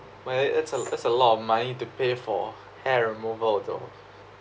well it's a it's a lot of money to pay for hair removal though